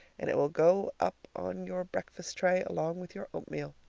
and it will go up on your breakfast tray along with your oatmeal.